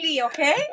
Okay